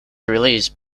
release